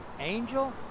angel